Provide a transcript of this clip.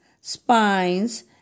spines